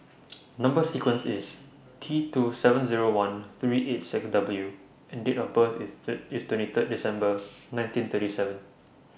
Number sequence IS T two seven Zero one three eight six W and Date of birth IS Sir IS twenty Third December nineteen thirty seven